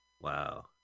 Wow